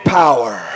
power